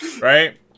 Right